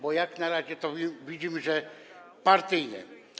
Bo na razie to widzimy, że partyjne.